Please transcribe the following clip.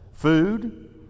food